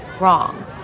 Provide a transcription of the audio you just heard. wrong